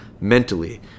mentally